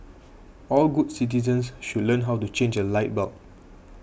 all good citizens should learn how to change a light bulb